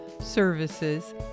services